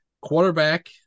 quarterback